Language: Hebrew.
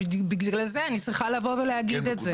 ובגלל זה אני צריכה לבוא ולהגיד את זה.